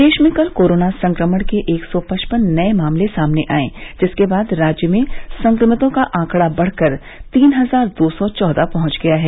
प्रदेश में कल कोरोना संक्रमण के एक सौ पचपन नए मामले सामने आए जिसके बाद राज्य में संक्रमितों का आंकड़ा बढ़कर तीन हजार दो सौ चौदह पहुंच गया है